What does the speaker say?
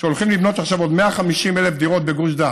שהולכים לבנות עכשיו עוד 150,000 דירות בגוש דן,